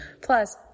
Plus